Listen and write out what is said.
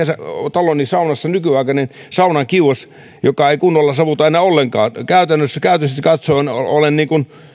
taloni saunassa nykyaikainen saunan kiuas joka ei kunnolla savuta enää ollenkaan käytännöllisesti katsoen olen